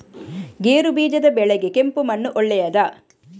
ಗೇರುಬೀಜದ ಬೆಳೆಗೆ ಕೆಂಪು ಮಣ್ಣು ಒಳ್ಳೆಯದಾ?